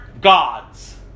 gods